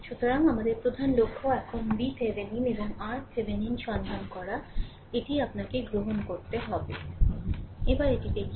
সুতরাং আমাদের প্রধান লক্ষ্য এখন VThevenin এবং RThevenin সন্ধান করা এটিই আপনাকে গ্রহণ করতে হবে এবার এটি দেখি